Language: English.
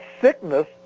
sickness